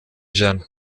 ijana